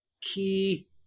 key